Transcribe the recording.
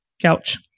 Couch